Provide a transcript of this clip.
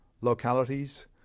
localities